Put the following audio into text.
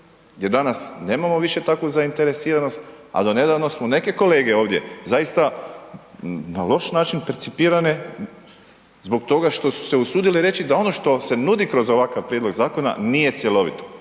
je danas, nemamo više takvu zainteresiranost, a do nedavno smo neke kolege ovdje, zaista na loš način percipirane zbog toga što su se usudile reći da ono što se nudi kroz ovakav prijedlog zakona nije cjelovito.